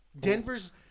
Denver's